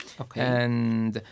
Okay